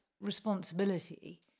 responsibility